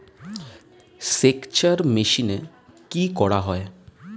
সেকচার মেশিন কি করা হয়?